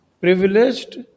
privileged